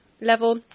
level